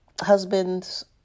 husband's